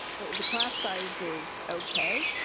the class size is okay?